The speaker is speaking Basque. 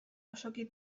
osoki